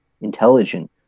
intelligent